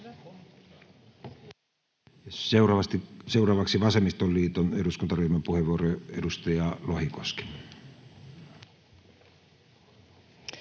Seuraavaksi vasemmistoliiton eduskuntaryhmän puheenvuoro, edustaja Lohikoski.